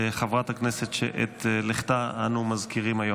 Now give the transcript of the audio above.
לחברת הכנסת שאת לכתה אנו מזכירים היום.